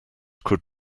could